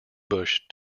bush